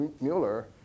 Mueller